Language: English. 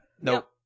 Nope